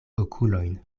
okulojn